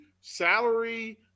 salary